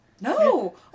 no